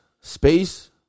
space